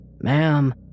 Ma'am